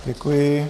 Děkuji.